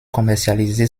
commercialisée